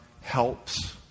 helps